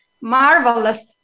marvelous